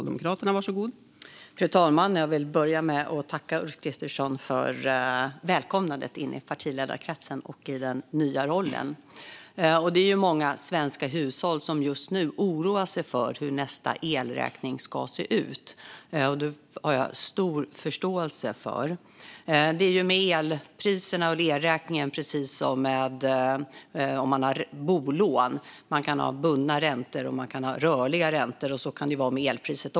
Fru talman! Jag vill börja med att tacka Ulf Kristersson för välkomnandet in i partiledarkretsen och i den nya rollen. Många svenska hushåll oroar sig just nu för hur nästa elräkning kommer att se ut. Det har jag stor förståelse för. Det är med elpriserna och elräkningen precis som med bolånen. Man kan ha bundna räntor, och man kan ha rörliga räntor. Så kan det vara också med elpriset.